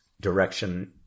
direction